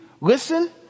listen